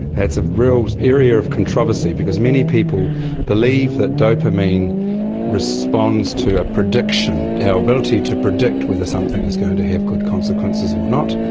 that's a real area of controversy, because many people believe that dopamine responds to a prediction, our ability to predict whether something is going to have good consequences or not.